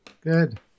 Good